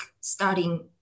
starting